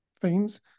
themes